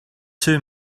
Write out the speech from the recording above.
two